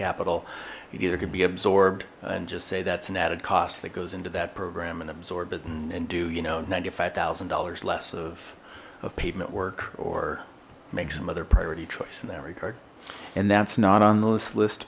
capital either could be absorbed and just say that's an added cost that goes into that program and absorb it and do you know ninety five thousand dollars less of of pavement work or make some other priority choice in that regard and that's not on the list